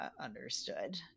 understood